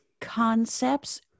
concepts